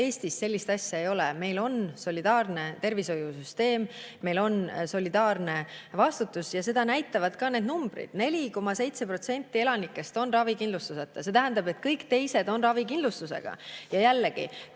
Eestis sellist asja ei ole. Meil on solidaarne tervishoiusüsteem. Meil on solidaarne vastutus ja seda näitavad ka numbrid. 4,7% elanikest on ravikindlustuseta. See tähendab, et kõik teised on ravikindlustusega. Jällegi,